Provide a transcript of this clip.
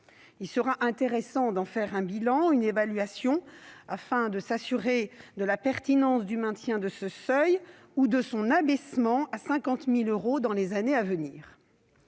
Il sera intéressant de faire une évaluation de cette mesure, afin de s'assurer de la pertinence du maintien de ce seuil ou de son abaissement à 50 000 euros dans les années à venir.